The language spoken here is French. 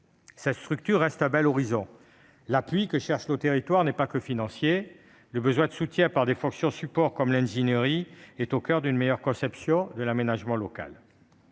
Cette structure reste un bel horizon. L'appui que recherchent nos territoires n'est pas que financier : le soutien par l'intermédiaire des fonctions support, l'ingénierie notamment, est au coeur d'une meilleure conception de l'aménagement local.